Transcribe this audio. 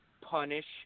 punish